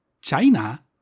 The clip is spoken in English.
China